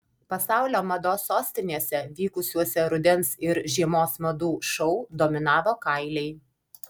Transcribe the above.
pasaulio mados sostinėse vykusiuose rudens ir žiemos madų šou dominavo kailiai